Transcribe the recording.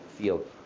field